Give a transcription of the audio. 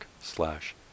slash